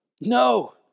No